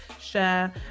share